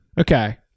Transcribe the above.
Okay